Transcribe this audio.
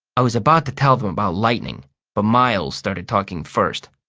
i was about to tell them about lightning but miles started talking first.